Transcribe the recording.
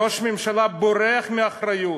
ראש הממשלה בורח מאחריות,